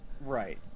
right